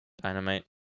dynamite